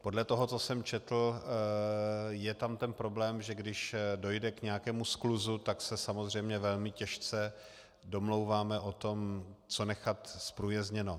Podle toho, co jsem četl, je tam ten problém, že když dojde k nějakému skluzu, tak se samozřejmě velmi těžce domlouváme o tom, co nechat zprůjezdněno.